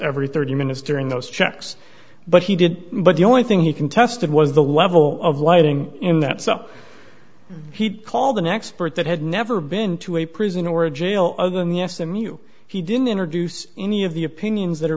every thirty minutes during those checks but he did but the only thing he contested was the level of lighting in that so he'd called an expert that had never been to a prison or a jail other than yes and knew he didn't introduce any of the opinions that are